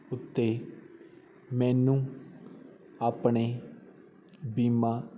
ਉੱਤੇ ਮੈਨੂੰ ਆਪਣੇ ਬੀਮਾ